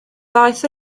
daeth